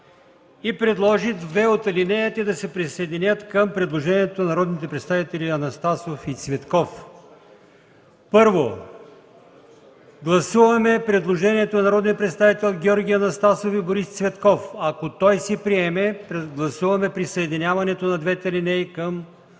и предложи две от алинеите да се присъединят към предложението на народните представители Анастасов и Цветков. Първо, гласуваме предложението на народните представители Георги Анастасов и Борис Цветков. Ако той се приеме, гласуваме присъединяването на двете алинеи към